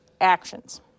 actions